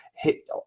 hit